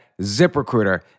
ZipRecruiter